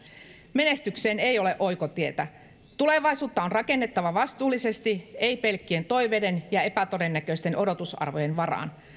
menestykseen ei ole oikotietä tulevaisuutta on rakennettava vastuullisesti ei pelkkien toiveiden ja epätodennäköisten odotusarvojen varaan